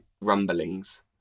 rumblings